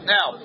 Now